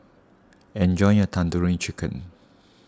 enjoy your Tandoori Chicken